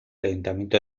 ayuntamiento